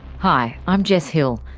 hi, i'm jess hill,